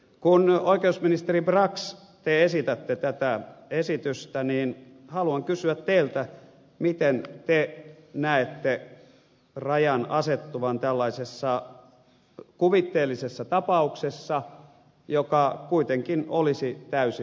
kun oikeusministeri brax te esitätte tätä esitystä haluan kysyä teiltä miten te näette rajan asettuvan tällaisessa kuvitteellisessa tapauksessa joka kuitenkin olisi täysin mahdollinen